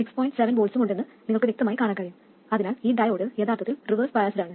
7 V ഉം ഉണ്ടെന്ന് നിങ്ങൾക്ക് വ്യക്തമായി കാണാൻ കഴിയും അതിനാൽ ഈ ഡയോഡ് യഥാർത്ഥത്തിൽ റിവേഴ്സ് ബയാസ്ട് ആണ്